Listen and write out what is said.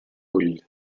ull